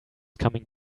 coming